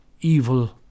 evil